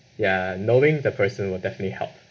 ya knowing the person will definitely help